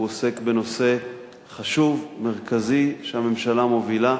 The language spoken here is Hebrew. הוא עוסק בנושא חשוב, מרכזי, שהממשלה מובילה.